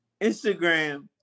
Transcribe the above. Instagram